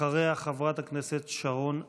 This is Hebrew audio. אחריה, חברת הכנסת שרון ניר,